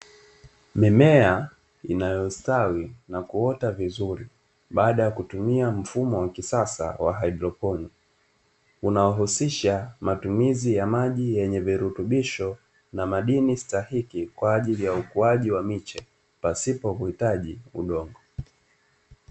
Mimea inayostawi na kuota vizuri, baada ya kutumia mfumo wa kisasa wa hydroponi, unaohusisha matumizi ya maji yenye virutubisho na madini stahiki kwa ajili ya ukuaji wa miche, pasipo huhitaji wa udongo.